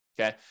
okay